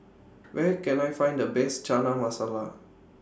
Where Can I Find The Best Chana Masala